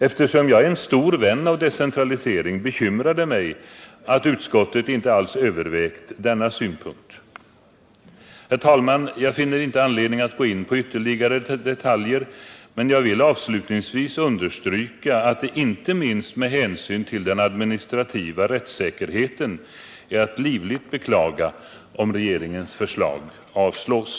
Eftersom jag är en stor vän av decentralisering, bekymrar det mig att utskottet inte alls övervägt denna synpunkt. Herr talman! Jag finner inte anledning att gå in på ytterligare detaljer men vill avslutningsvis understryka att det inte minst med hänsyn till den administrativa rättssäkerheten är att livligt beklaga om regeringens förslag avslås.